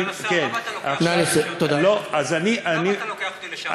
סגן השר, למה אתה לוקח אותי לשם?